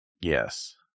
Yes